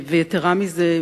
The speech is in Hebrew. ויתירה מזו,